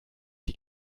die